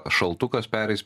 šaltukas pereis